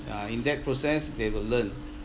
uh in that process they will learn